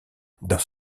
dans